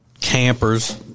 campers